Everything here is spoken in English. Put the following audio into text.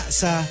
sa